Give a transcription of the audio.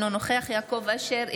אינו נוכח יעקב אשר,